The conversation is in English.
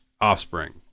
offspring